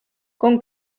con